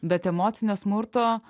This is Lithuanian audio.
bet emocinio smurto